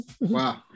wow